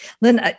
Lynn